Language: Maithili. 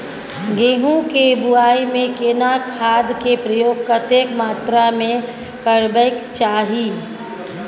गेहूं के बुआई में केना खाद के प्रयोग कतेक मात्रा में करबैक चाही?